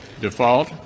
default